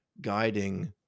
guiding